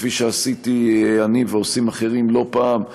כפי שעשיתי אני ועושים אחרים לא פעם,